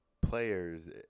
players